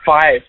Five